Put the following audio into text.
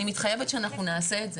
ואני מתחייבת שאנחנו נעשה את זה.